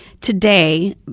today